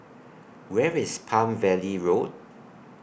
Where IS Palm Valley Road